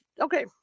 okay